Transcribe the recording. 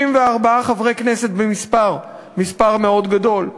64 חברי כנסת, מספר מאוד גדול,